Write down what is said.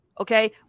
okay